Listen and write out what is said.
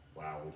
Wow